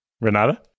Renata